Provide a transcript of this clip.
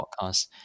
podcasts